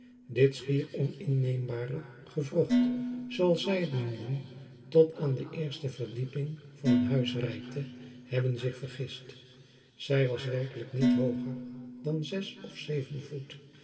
dit schier oninneembare gewrocht zooals zij t noemden tot aan de eerste verdieping van een huis reikte hebben zich vergist zij was werkelijk niet hooger dan zes of zeven voet